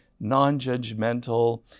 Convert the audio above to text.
non-judgmental